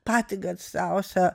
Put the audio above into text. patį garsiausią